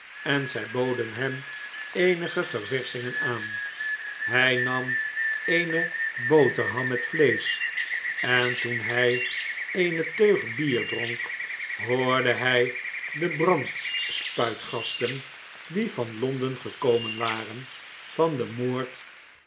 en zij boden hem eenige ververschingen aan hij nam eene boterham met vleesch en toen hij eene teug bier dronk hoorde hij de brandspuitgasten die van londen gekomen waren van den moord